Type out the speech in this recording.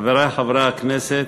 חברי חברי הכנסת,